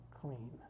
clean